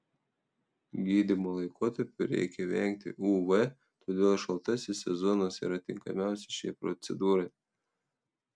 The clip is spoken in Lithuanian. gydymo laikotarpiu reikia vengti uv todėl šaltasis sezonas yra tinkamiausias šiai procedūrai